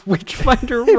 Witchfinder